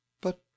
But